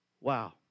Wow